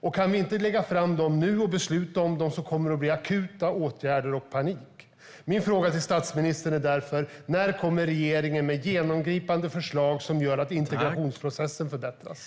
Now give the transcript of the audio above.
Om vi inte kan lägga fram och besluta om dem nu kommer vi att behöva vidta akuta åtgärder och det blir panik. Min fråga till statsministern är därför: När kommer regeringen med genomgripande förslag som gör att integrationsprocessen förbättras?